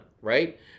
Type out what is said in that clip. right